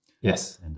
Yes